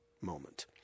moment